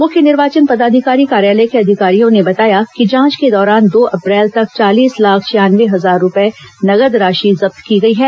मुख्य निर्वाचन पदाधिकारी कार्यालय के अधिकारियों ने बताया कि जांच के दौरान दो अप्रैल तक चालीस लाख छियानवे हजार रूपये नकद राशि जब्त की गई है